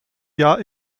jahr